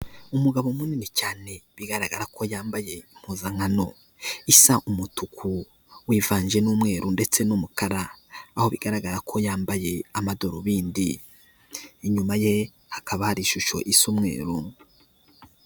Umugabo munini cyane bigaragara ko yambaye impuzankano isa umutuku wivanze n'umweru ndetse n'umukara, aho bigaragara ko yambaye amadarubindi inyuma ye hakaba hari ishusho isa umweru.